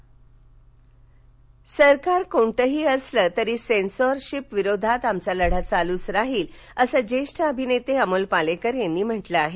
अमोल पालेकर सरकार कोणतंही असलं तरी सेन्सॉरशिपविरोधात आमचा लढा चालूच राहील असं ज्येष्ठ अभिनेते अमोल पालेकर यांनी म्हटलं आहे